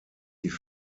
die